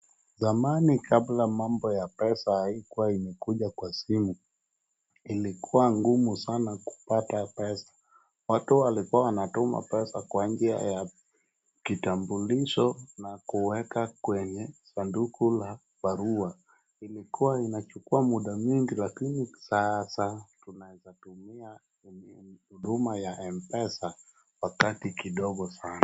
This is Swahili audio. Zamani kabla ya mambo ya pesa haikuwa imekuja kwa simu, ilikuwa ngumu sana kupata pesa. Watu walikuwa wanatuma pesa kwa njia ya kitambulisho na kuweka kwenye sanduku la barua. Ilikuwa inachukua muda mwingi lakini sasa tunaweza tumia huduma ya mpesa, wakati kidogo sana.